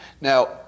Now